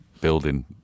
building